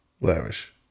lavish